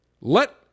Let